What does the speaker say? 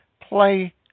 play